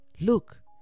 Look